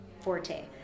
forte